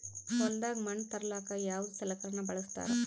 ಹೊಲದಾಗ ಮಣ್ ತರಲಾಕ ಯಾವದ ಸಲಕರಣ ಬಳಸತಾರ?